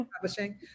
publishing